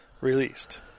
released